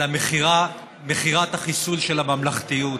על מכירת החיסול של הממלכתיות,